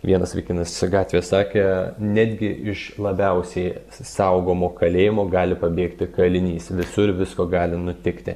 vienas vaikinas gatvėje sakė netgi iš labiausiai s saugomo kalėjimo gali pabėgti kalinys visur visko gali nutikti